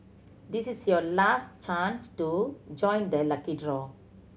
this is your last chance to join the lucky draw